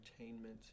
entertainment